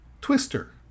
twister